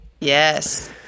Yes